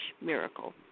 Miracle